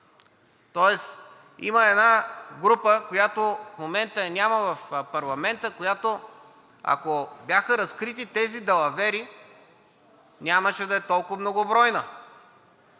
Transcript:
Тоест има една група, която в момента я няма в парламента, която, ако бяха разкрити тези далавери, нямаше да е толкова многобройна.